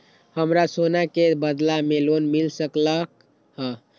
हमरा सोना के बदला में लोन मिल सकलक ह?